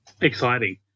Exciting